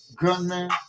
Gunman